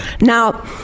now